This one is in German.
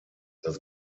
das